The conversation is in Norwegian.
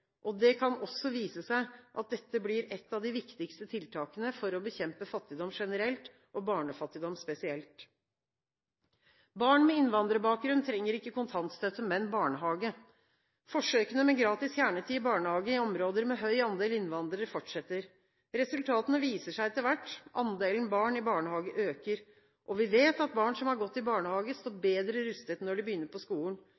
og det kan også vise seg at dette blir et av de viktigste tiltakene for å bekjempe fattigdom generelt og barnefattigdom spesielt. Barn med innvandrerbakgrunn trenger ikke kontantstøtte, men barnehage. Forsøkene med gratis kjernetid i barnehage i områder med høy andel innvandrere fortsetter, og resultatene viser seg etter hvert. Andelen barn i barnehage øker, og vi vet at barn som har gått i barnehage, står bedre rustet når de begynner på skolen.